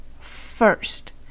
first